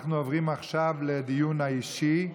אנחנו עוברים עכשיו לדיון האישי,